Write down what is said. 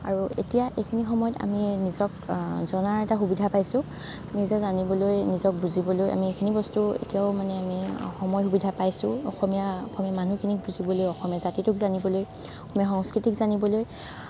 আৰু এতিয়া এইখিনি সময়ত আমি নিজকে জনাৰ এটা সুবিধা পাইছোঁ নিজে জানিবলৈ নিজক বুজিবলৈ আমি এইখিনি বস্তু এতিয়াও মানে আমি সময় সুবিধা পাইছোঁ অসমীয়া মানুহখিনিক বুজিবলৈ অসমীয়া জাতিটোক জানিবলৈ অসমীয়া সংস্কৃতিক জানিবলৈ